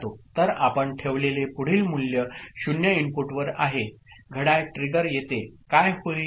तर आपण ठेवलेले पुढील मूल्य 0 इनपुटवर आहे घड्याळ ट्रिगर येते काय होईल